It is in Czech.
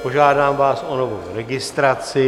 Požádám vás o novou registraci.